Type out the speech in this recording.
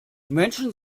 menschen